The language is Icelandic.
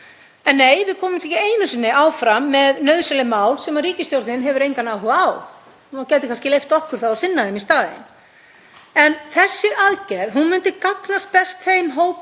En, nei, við komumst ekki einu sinni áfram með nauðsynleg mál sem ríkisstjórnin hefur engan áhuga á, hún gæti kannski leyft okkur að sinna þeim í staðinn. En þessi aðgerð myndi gagnast best þeim hópum